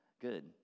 Good